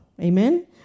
Amen